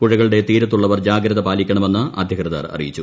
പുഴകളുടെ തീരത്തുള്ളവർ ജാഗ്രത പാലിക്കണമെന്ന് അധികൃതർ അറിയിച്ചു